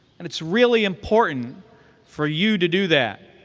and it's really important for you to do that,